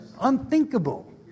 Unthinkable